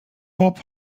bob